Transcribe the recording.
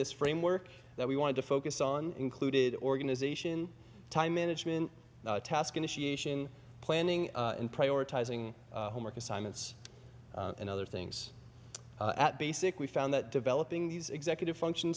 this framework that we wanted to focus on included organization time management task initiation planning and prioritizing homework assignments and other things at basic we found that developing these executive function